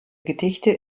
gedichte